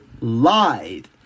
lied